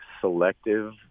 selective